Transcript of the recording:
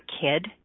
kid